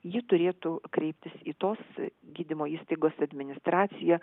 ji turėtų kreiptis į tos gydymo įstaigos administraciją